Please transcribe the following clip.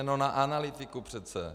No na analytiku přece.